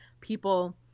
people